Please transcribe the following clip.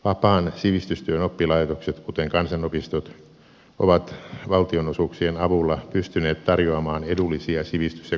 vapaan sivistystyön oppilaitokset kuten kansanopistot ovat valtionosuuksien avulla pystyneet tarjoamaan edullisia sivistys ja koulutuspalveluja